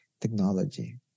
technology